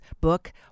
book